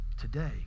today